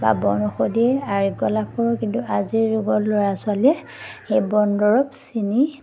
বা বনৌষধিয়ে আৰোগ্য লাভ কৰোঁ কিন্তু আজিৰ যুগৰ ল'ৰা ছোৱালীয়ে সেই বনদৰৱ চিনি